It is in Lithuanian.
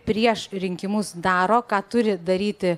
prieš rinkimus daro ką turi daryti